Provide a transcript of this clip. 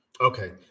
Okay